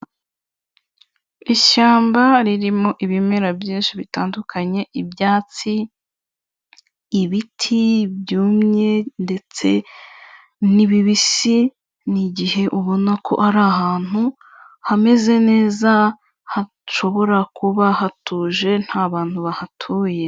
Ishyamba ririmo ibimera byinshi bitandukanye, ibyatsi, ibiti byumye ndetse nibibisi, ni igihe ubona ko ari ahantu hameze neza, hashobora kuba hatuje, ntabantu bahatuye.